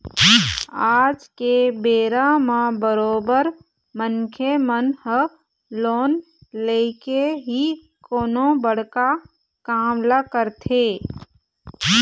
आज के बेरा म बरोबर मनखे मन ह लोन लेके ही कोनो बड़का काम ल करथे